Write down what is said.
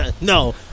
No